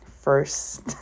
first